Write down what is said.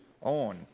on